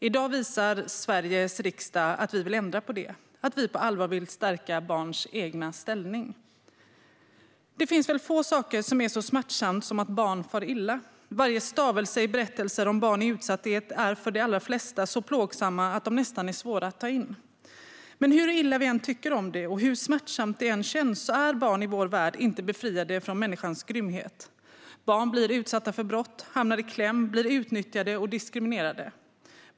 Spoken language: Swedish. I dag visar Sveriges riksdag att vi vill ändra på det och att vi på allvar vill stärka barns egen ställning. Det finns få saker som är så smärtsamma som att barn far illa. Varje stavelse i berättelser om barn i utsatthet är för de allra flesta så plågsam att berättelserna nästan blir svåra att ta in. Men hur illa vi än tycker om det och hur smärtsamt det än känns är barn i vår värld inte befriade från människans grymhet. Barn blir utsatta för brott, hamnar i kläm och blir utnyttjade och diskriminerade.